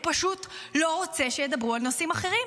פשוט לא רוצה שידברו על נושאים אחרים.